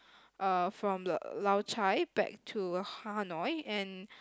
uh from the Lao-Cai back to Hanoi and